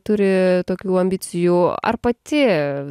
turi tokių ambicijų ar pati